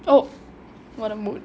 oh what a mood